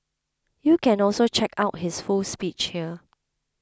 you can also check out his full speech here